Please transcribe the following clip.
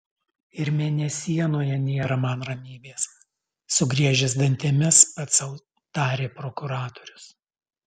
ir mėnesienoje nėra man ramybės sugriežęs dantimis pats sau tarė prokuratorius